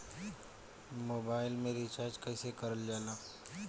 Mobile में recharge कइसे करल जाला?